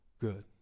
good